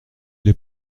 les